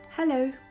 Hello